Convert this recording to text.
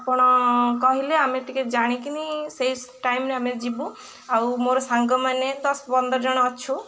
ଆପଣ କହିଲେ ଆମେ ଟିକେ ଜାଣିକିନି ସେଇ ଟାଇମ୍ରେ ଆମେ ଯିବୁ ଆଉ ମୋର ସାଙ୍ଗମାନେ ଦଶ ପନ୍ଦର ଜଣ ଅଛୁ